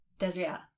Desria